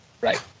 Right